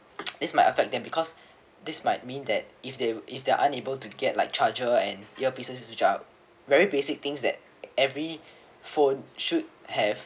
this might affect them because this might mean that if they if they are unable to get like charger and earpieces which are very basic things that every phone should have